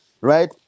right